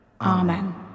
Amen